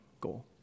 goal